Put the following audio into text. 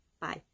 Bye